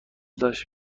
داشت